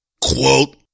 Quote